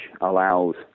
allows